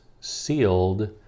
sealed